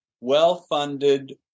well-funded